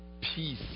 peace